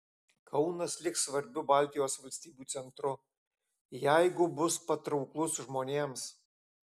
kaunas liks svarbiu baltijos valstybių centru jeigu bus patrauklus žmonėms